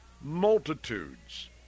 multitudes